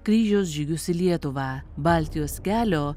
kryžiaus žygius į lietuvą baltijos kelio